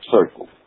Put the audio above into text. Circle